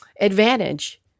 advantage